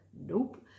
Nope